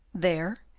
there,